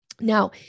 Now